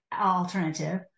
alternative